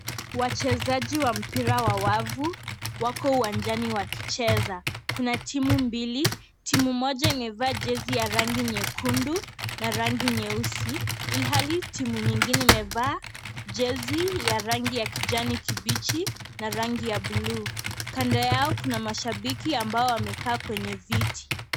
Wachezaji wa mpira wa wavu wako uwanjani wakicheza , kuna timu mbili. Timu moja imevaa jezi ya nyekundu na rangi nyeusi ilhali timu nyingine imevaa jezi ya rangi ya kijani kibichi na rangi ya bluu. Kando yao kuna mashabiki ambao wamekaa kwenye viti.